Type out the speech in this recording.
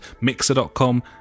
mixer.com